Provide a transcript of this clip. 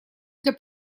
для